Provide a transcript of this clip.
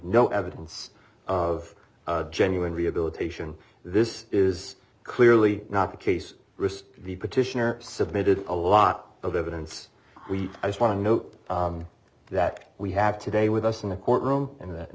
no evidence of genuine rehabilitation this is clearly not the case rist the petitioner submitted a lot of evidence we want to note that we have today with us in the courtroom and that in